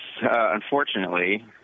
unfortunately